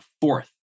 fourth